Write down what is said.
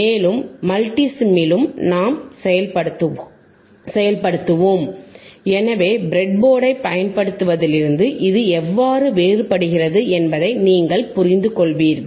மேலும் மல்டிசிமிலும் நாம் செயல்படுத்துவோம் எனவே ப்ரெட்போர்டைப் பயன்படுத்துவதிலிருந்து இது எவ்வாறு வேறுபடுகிறது என்பதை நீங்கள் புரிந்துகொள்வீர்கள்